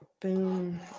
Boom